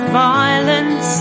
violence